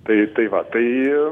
tai tai va tai